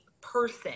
person